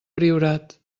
priorat